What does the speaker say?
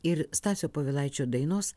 ir stasio povilaičio dainos